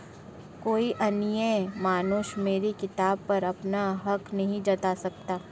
कोई अन्य मनुष्य मेरी किताब पर अपना हक नहीं जता सकता